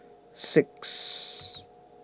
six